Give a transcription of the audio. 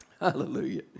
Hallelujah